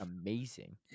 amazing